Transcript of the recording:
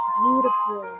beautiful